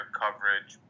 coverage